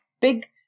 Big